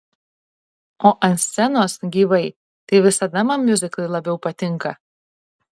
o ant scenos gyvai tai visada man miuziklai labiau patinka